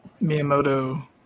Miyamoto